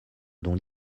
dont